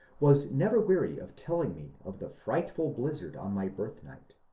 was never weary of telling me of the frightful blizzard on my birthnight,